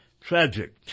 tragic